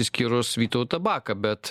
išskyrus vytautą baką bet